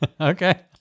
okay